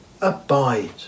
abide